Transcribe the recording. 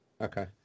Okay